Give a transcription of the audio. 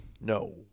No